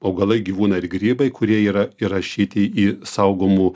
augalai gyvūnai ir grybai kurie yra įrašyti į saugomų